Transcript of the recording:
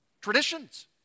traditions